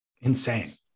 Insane